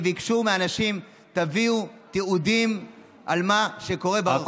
וביקשו מאנשים: תביאו תיעודים של מה שקורה ברחוב,